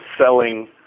selling